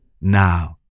now